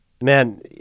man